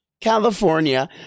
California